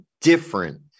different